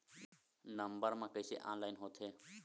Number मा कइसे online होथे?